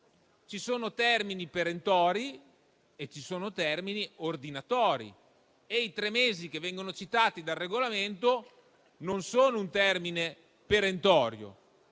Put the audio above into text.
ci sono termini perentori e termini ordinatori e i tre mesi che vengono citati dal Regolamento non sono un termine perentorio,